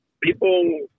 people